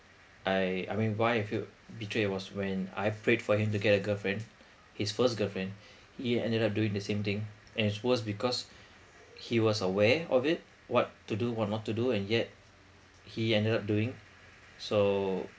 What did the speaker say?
I I mean why I feel betrayed it was when I prayed for him to get a girlfriend his first girlfriend he ended up doing the same thing and it's worst because he was aware of it what to do what not to do and yet he ended up doing so